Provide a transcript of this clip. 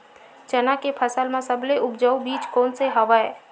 चना के फसल म सबले उपजाऊ बीज कोन स हवय?